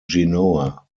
genoa